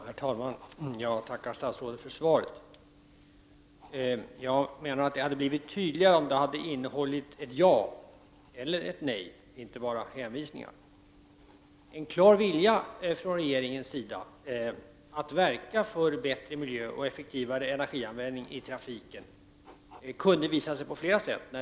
Herr talman! Jag tackar statsrådet för svaret, som jag menar skulle ha varit tydligare om det hade innehållit ett ja eller nej och inte bara hänvisningar. En klar vilja från regeringens sida att verka för en bättre miljö och för en effektivare energianvändning på trafikområdet kunde ha visats på flera sätt.